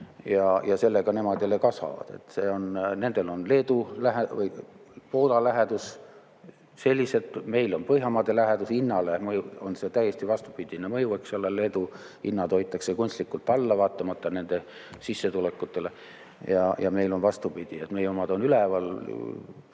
sellele nemad kasvavad. Nendel on Poola lähedus, meil on Põhjamaade lähedus. Hinnale on sel täiesti vastupidine mõju, eks ole. Leedu hinnad hoitakse kunstlikult all vaatamata nende sissetulekutele. Ja meil on vastupidi, meie omad on üleval